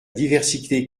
diversité